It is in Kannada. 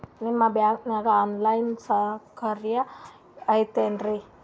ನಿಮ್ಮ ಬ್ಯಾಂಕನಾಗ ಆನ್ ಲೈನ್ ಸೌಕರ್ಯ ಐತೇನ್ರಿ?